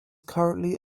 currently